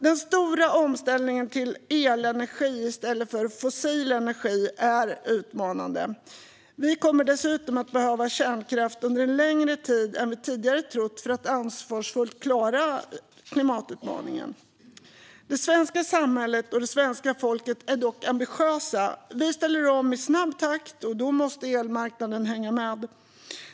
Den stora omställningen till elenergi i stället för fossil energi är utmanande. Vi kommer dessutom att behöva kärnkraft under en längre tid än vi tidigare trott för att ansvarsfullt klara klimatutmaningen. Det svenska samhället och det svenska folket är dock ambitiösa. Vi ställer om i snabb takt, och då måste elmarknaden hänga med.